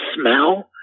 smell